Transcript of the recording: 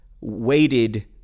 waited